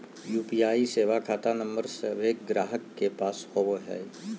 UPI सेवा खता नंबर सभे गाहक के पास होबो हइ